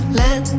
let